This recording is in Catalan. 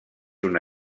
una